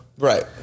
Right